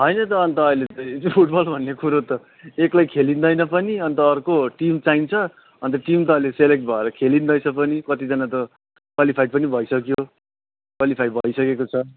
होइन त अन्त अहिले त फुट बल भन्ने कुरो त एक्लै खेलिँदैन पनि अन्त अर्को टिम चाहिन्छ अन्त टिम त अहिले सेलेक्ट भएर खेलिँदैछ पनि कतिजना त क्वालिफाई पनि भइसक्यो क्वालिफाई भइसकेको छ